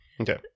Okay